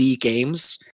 Games